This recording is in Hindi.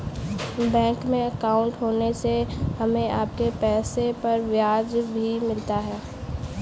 बैंक में अंकाउट होने से हमें अपने पैसे पर ब्याज भी मिलता है